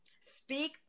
Speak